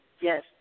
yes